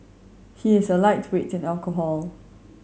he is a lightweight in alcohol